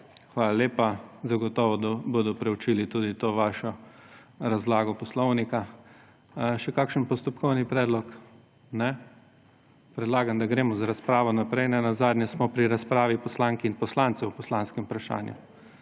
Hvala lepa. Zagotovo bodo preučili tudi to vašo razlago poslovnika. Še kakšen postopkovni predlog? Ne. Predlagam, da gremo z razpravo naprej, nenazadnje smo pri razpravi poslank in poslancev o poslanskem vprašanju